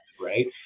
right